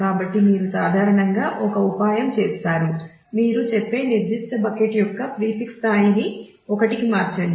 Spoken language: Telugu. కాబట్టి మీరు సాధారణంగా ఒక ఉపాయం చేస్తారు మీరు చెప్పే నిర్దిష్ట బకెట్ యొక్క ప్రీఫిక్స్ స్థాయిని 1 మార్చండి